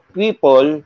people